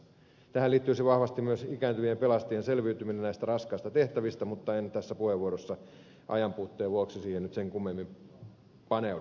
tähän liittyisi vahvasti myös ikääntyvien pelastajien selviytyminen näistä raskaista tehtävistä mutta en tässä puheenvuorossa ajanpuutteen vuoksi siihen nyt sen kummemmin paneudu